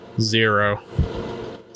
zero